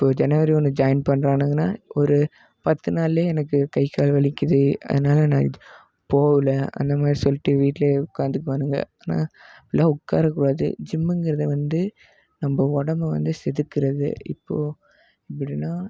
இப்போது ஜனவரி ஒன்று ஜாயின் பண்றானுங்கன்னால் ஒரு ஒரு பத்து நாள்லேயே எனக்கு கை கால் வலிக்கிறது அதனால நான் போகல இந்தமாதிரி சொல்லிட்டு வீட்டில் உட்காந்துக்குவானுங்க ஆனால் அப்படிலாம் உட்காரக்கூடாது ஜிம்முங்கிறது வந்து நம்ம உடம்ப வந்து செதுக்குகிறது இப்போது எப்படின்னா